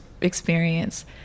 experience